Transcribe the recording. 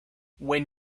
when